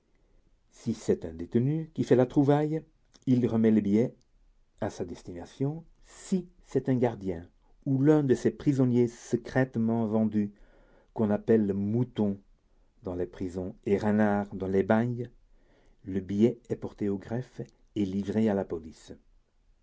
si c'est un détenu qui fait la trouvaille il remet le billet à sa destination si c'est un gardien ou l'un de ces prisonniers secrètement vendus qu'on appelle moutons dans les prisons et renards dans les bagnes le billet est porté au greffe et livré à la police